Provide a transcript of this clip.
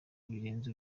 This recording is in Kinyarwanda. birenze